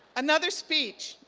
another speech.